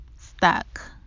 stuck